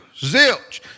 zilch